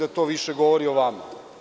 Ali, to više govori o vama.